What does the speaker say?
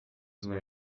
were